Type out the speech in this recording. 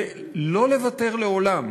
ולא לוותר לעולם